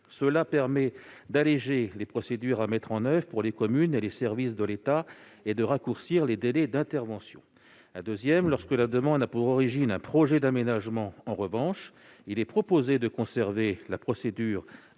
permettra d'alléger les procédures à mettre en oeuvre pour les communes et les services de l'État et de raccourcir les délais d'intervention. En revanche, lorsque la demande a pour origine un projet d'aménagement, le Gouvernement propose de conserver la procédure